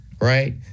right